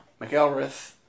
McElrath